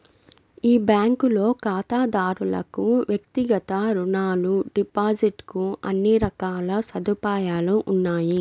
ఈ బ్యాంకులో ఖాతాదారులకు వ్యక్తిగత రుణాలు, డిపాజిట్ కు అన్ని రకాల సదుపాయాలు ఉన్నాయి